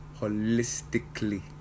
holistically